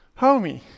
homie